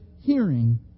hearing